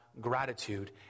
gratitude